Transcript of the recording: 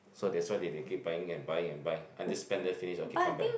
so that's why they they keep buying and buying and buy and the spend they finish okay come back